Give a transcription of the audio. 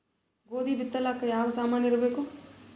ಗೋಧಿ ಬಿತ್ತಲಾಕ ಯಾವ ಸಾಮಾನಿರಬೇಕು?